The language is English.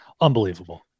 unbelievable